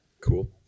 Cool